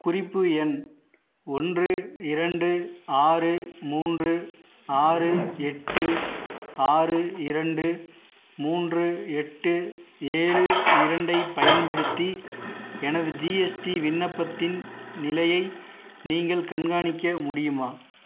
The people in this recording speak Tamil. குறிப்பு எண் ஒன்று இரண்டு ஆறு மூன்று ஆறு எட்டு ஆறு இரண்டு மூன்று எட்டு ஏழு இரண்டைப் பயன்படுத்தி எனது ஜிஎஸ்டி விண்ணப்பத்தின் நிலையை நீங்கள் கண்காணிக்க முடியுமா